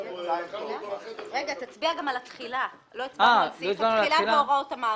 לא הצבענו על סעיף התחילה והוראות המעבר.